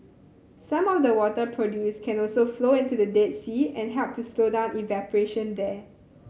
some of the water produced can also flow into the Dead Sea and help to slow down evaporation there